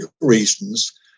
reasons